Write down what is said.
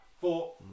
four